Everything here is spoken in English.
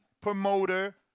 Promoter